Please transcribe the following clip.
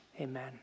Amen